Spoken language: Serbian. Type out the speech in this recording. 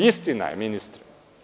Istina je, ministre.